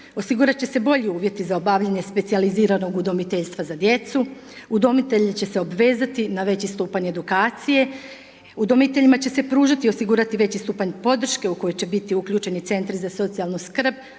osigurat će se bolji uvjeti za obavljanje specijaliziranog udomiteljstva za djecu, udomitelji će se obvezati na veći stupanj edukacije, udomiteljima će se pružati i osigurati veći stupanj podrške u koju će biti uključeni Centri za socijalnu skrb,